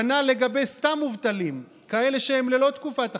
כנ"ל לגבי סתם מובטלים, כאלה שהם ללא תקופת אכשרה,